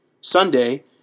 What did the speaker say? Sunday